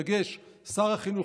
בדגש על שר החינוך,